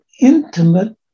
intimate